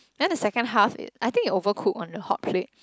then the second half i~ I think it overcooked on the hot plate